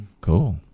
Cool